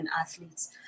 athletes